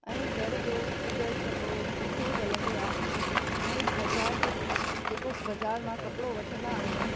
ऐं घर जो सिबियलु कपिड़ो सुठो झलंदो आहे ऐं बाज़ारि जो जेको बाज़ारि मां कपिड़ो वठंदा आहियूं